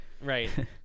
right